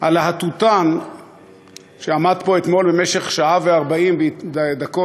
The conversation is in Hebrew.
הלהטוטן שעמד פה אתמול במשך שעה ו-40 דקות,